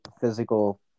physical